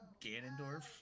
Ganondorf